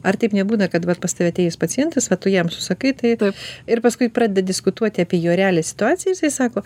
ar taip nebūna kad vat pas tave atėjęs pacientas va tu jam susakai tai ir paskui pradedi diskutuoti apie jo realią situaciją jisai sako